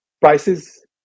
prices